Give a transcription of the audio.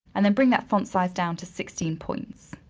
and then bring that font size down to sixteen points.